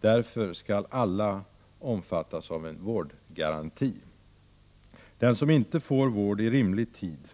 Därför skall alla omfattas av en vårdgaranti: Den som inte får vård i rimlig tid